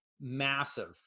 massive